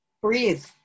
breathe